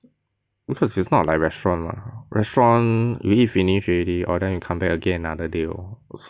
because it's not like restaurant lah restaurant you eat finish already orh then you come back again another day lor